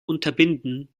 unterbinden